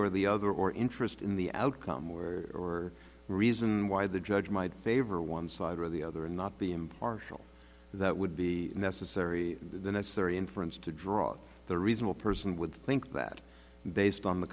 or the other or interest in the outcome or reason why the judge might favor one side or the other and not be impartial that would be necessary the necessary inference to draw the reasonable person would think that